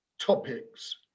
topics